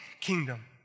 kingdom